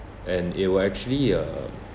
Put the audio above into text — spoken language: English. and it will actually uh